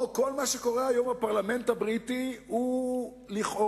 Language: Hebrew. או, כל מה שקורה היום בפרלמנט הבריטי הוא לכאורה,